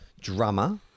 drummer